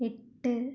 എട്ട്